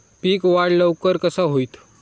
पीक वाढ लवकर कसा होईत?